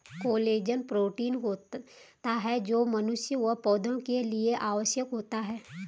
collagen protein होता है जो मनुष्य व पौधा के लिए आवश्यक होता है